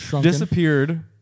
disappeared